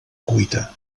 cuita